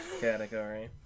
category